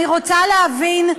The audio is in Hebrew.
אני רוצה להבין,